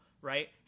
right